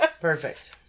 perfect